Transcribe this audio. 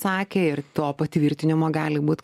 sakė ir to patvirtinimo gali būt